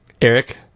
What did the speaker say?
eric